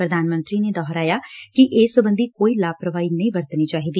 ਪ੍ਰਧਾਨ ਮੰਤਰੀ ਨੇ ਦੋਹਰਾਇਆ ਕਿ ਇਸ ਸਬੰਧੀ ਕੋਈ ਲਾਪਰਵਾਹੀ ਨਹੀਂ ਵਰਤਣੀ ਚਾਹੀਦੀ